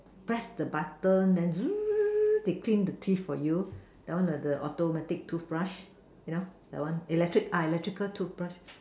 press the button then they clean the teeth for you that one the the automatic toothbrush you know that one electric electrical toothbrush